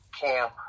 camp